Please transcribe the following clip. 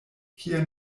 kiaj